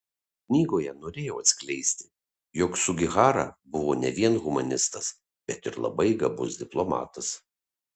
knygoje norėjau atskleisti jog sugihara buvo ne vien humanistas bet ir labai gabus diplomatas